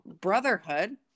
brotherhood